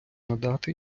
надати